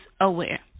aware